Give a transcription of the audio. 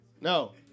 No